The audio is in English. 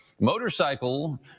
motorcycle